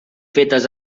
fetes